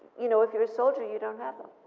you know, if you're a soldier you don't have them.